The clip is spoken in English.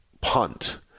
punt